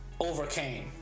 overcame